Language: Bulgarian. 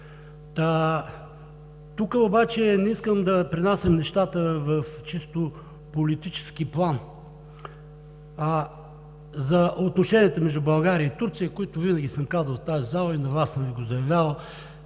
Тук обаче не искам да пренасям нещата в чисто политически план. За отношенията между България и Турция, за които винаги съм казвал в тази зала, и на Вас съм Ви го заявявал,